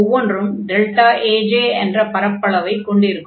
ஒவ்வொன்றும் Aj என்ற பரப்பளவைக் கொண்டிருக்கும்